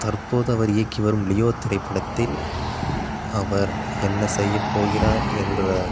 தற்போது அவர் இயக்கி வரும் லியோ திரைப்படத்தில் அவர் என்ன செய்ய போகிறார் என்ற